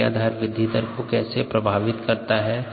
और क्रियाधार वृद्धि दर को कैसे प्रभावित करता है